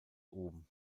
oben